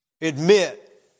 admit